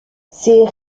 ses